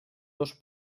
dos